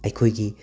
ꯑꯩꯈꯣꯏꯒꯤ